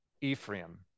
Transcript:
Ephraim